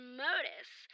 modus